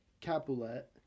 Capulet